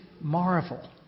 marvel